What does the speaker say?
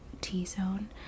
T-zone